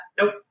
Nope